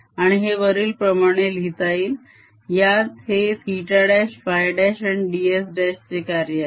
आणि हे वरीलप्रमाणे लिहिता येईल यात हे θ' φ' आणि ds' चे कार्य आहे